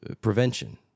prevention